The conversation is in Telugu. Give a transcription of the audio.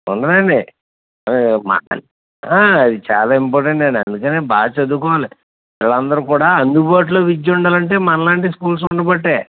ఉండదండి ఆ అహ చాల ఇంపార్టెంట్ అండి అందుకని బాగా చదువుకోవాలి పిల్లలందరు కూడా అందుబాటులో విద్య ఉండాలి యంటే మన లాంటి స్కూల్స్ ఉండబట్టి